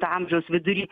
amžiaus vidury